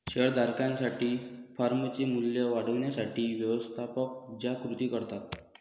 share धारकांसाठी फर्मचे मूल्य वाढवण्यासाठी व्यवस्थापक ज्या कृती करतात